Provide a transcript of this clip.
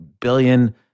billion